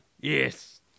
Yes